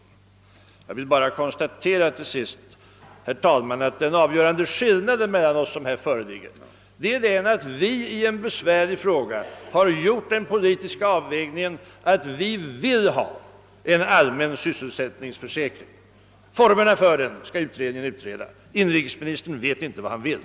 Till sist vill jag endast konstatera, herr talman, att den avgörande skillnaden mellan inrikesministern och oss på oppositionssidan är att vi i en besvärlig fråga har gjort den politiska avvägningen och vill ha formerna för en allmän sysselsättningsförsäkring utredda, medan inrikesministern alltså inte vet vad han vill.